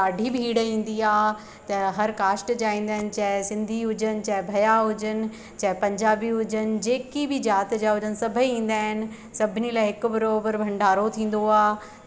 हुते ॾाढी भीड़ ईंदी आहे त हर कास्ट जा ईंदा आहिनि चाहे सिंधी हुजनि चाहे भया हुजनि चाहे पंजाबी हुजनि जेकी बि जात जा हुजनि सभई ईंदा आहिनि सभिनी लाइ हिक बराबरि भंडारो थींदो आहे